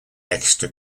exeter